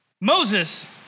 Moses